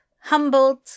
humbled